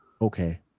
okay